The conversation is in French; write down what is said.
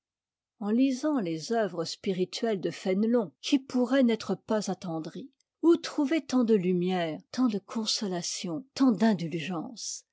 en lisant les œuvres spirituelles de fénélon qui pourrait n'être pas attendri où trouver tant de lumières tant de consolations tant d'indulgence